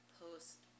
post